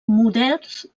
models